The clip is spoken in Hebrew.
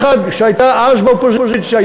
שהייתה אז באופוזיציה,